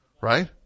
right